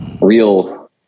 real